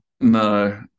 No